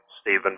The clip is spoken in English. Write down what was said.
Stephen